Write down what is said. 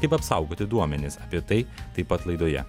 kaip apsaugoti duomenis apie tai taip pat laidoje